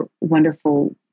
wonderful